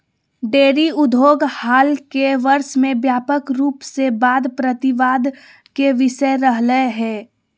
dairy उद्योग हाल के वर्ष में व्यापक रूप से वाद प्रतिवाद के विषय रहलय हें